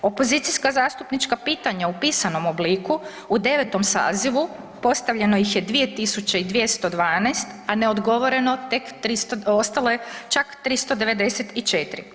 Opozicijska zastupnička pitanja u pisanom obliku u 9. sazivu postavljeno ih je 2212, a neodgovoreno je ostalo čak 394.